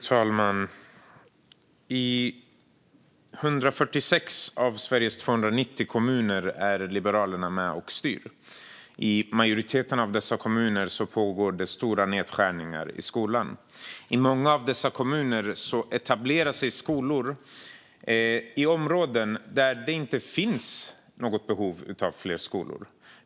Fru talman! I 146 av Sveriges 290 kommuner är Liberalerna med och styr. I majoriteten av dessa kommuner pågår stora nedskärningar i skolan. I många av dessa kommuner etablerar sig skolor i områden där det inte finns något behov av fler skolor.